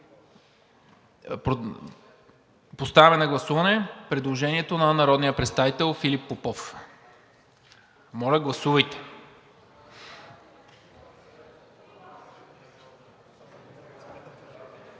Поставям на гласуване предложението на народния представител Филип Попов. Гласували